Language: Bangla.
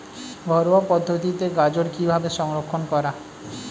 ঘরোয়া পদ্ধতিতে গাজর কিভাবে সংরক্ষণ করা?